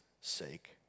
sake